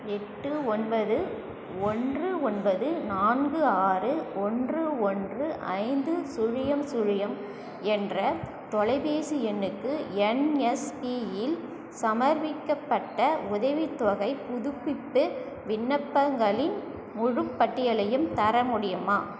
எட்டு ஒன்பது ஒன்று ஒன்பது நான்கு ஆறு ஒன்று ஒன்று ஐந்து சுழியம் சுழியம் என்ற தொலைபேசி எண்ணுக்கு என்எஸ்பியில் சமர்ப்பிக்கப்பட்ட உதவித்தொகைப் புதுப்பிப்பு விண்ணப்பங்களின் முழுப் பட்டியலையும் தர முடியுமா